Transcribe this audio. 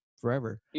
forever